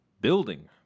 building